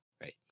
right